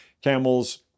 camels